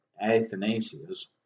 Athanasius